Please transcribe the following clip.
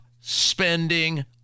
spending